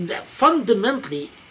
fundamentally